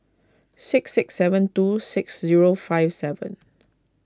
six six seven two six zero five seven